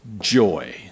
joy